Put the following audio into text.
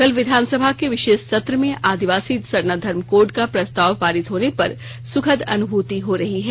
कल विधानसभा के विषेष सत्र में आदिवासी सरना धर्म कोड का प्रस्ताव पारित होने पर सुखद अनुभूति हो रही है